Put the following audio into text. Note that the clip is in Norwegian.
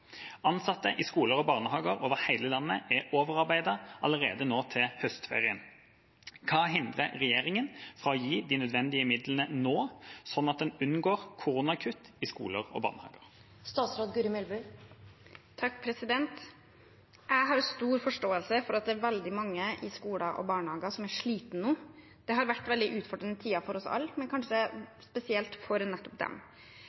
Ansatte i skoler og barnehager over hele landet er overarbeidet allerede til høstferien. Hva hindrer regjeringen fra å gi de nødvendige midlene nå, slik at en unngår koronakutt i skoler og barnehager?» Jeg har stor forståelse for at det er veldig mange i skoler og barnehager som er slitne nå. Det har vært veldig utfordrende tider for oss alle, men kanskje spesielt for nettopp dem.